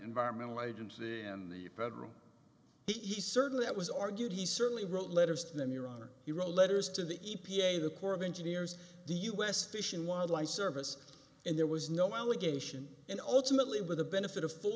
environmental agency and the federal he certainly it was argued he certainly wrote letters to them your honor he wrote letters to the e p a the corps of engineers the u s fish and wildlife service and there was no allegation and ultimately with the benefit of full